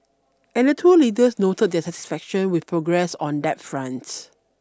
and the two leaders noted their satisfaction with progress on that front